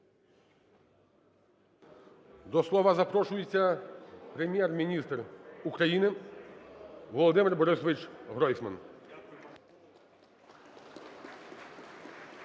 До слова запрошується Прем'єр-міністр України Володимир БорисовичГройсман.